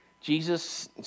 Jesus